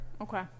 Okay